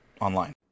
online